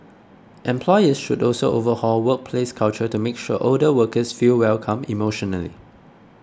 employers should also overhaul workplace culture to make sure older workers feel welcome emotionally